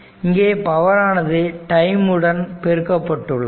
இங்கே பவர் ஆனது டைம் உடன் பெருக்கப்பட்டுள்ளது